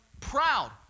proud